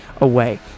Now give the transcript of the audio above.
away